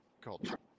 culture